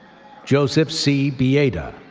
joseph c. bieda,